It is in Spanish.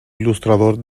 ilustrador